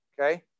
okay